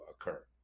occur